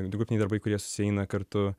grupiniai darbai kurie susieina kartu